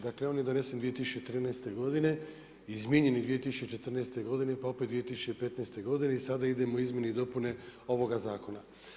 Dakle on je donesen 2013. godine, izmijenjen je 2014. godine pa opet 2015. godine i sada idemo u izmjene i dopune ovoga zakona.